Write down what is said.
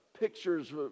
pictures